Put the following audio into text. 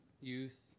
youth